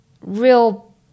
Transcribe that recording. real